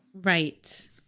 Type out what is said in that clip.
Right